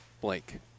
blank